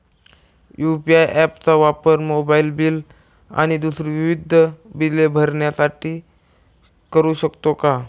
UPI app चा वापर mobile bill आणि दुसरी विविध बिले भरण्यासाठी करू शकतो का?